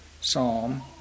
psalm